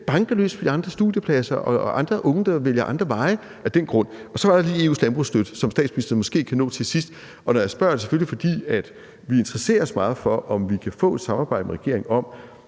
banke løs på de andre studiepladser og andre unge, der vælger andre veje, af den grund. Så var der lige EU's landbrugsstøtte, som statsministeren måske kan nå til sidst. Når jeg spørger, er det selvfølgelig, fordi vi interesserer os meget for, om vi kan få et samarbejde med regeringen i